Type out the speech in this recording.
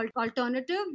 alternative